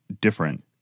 different